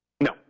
No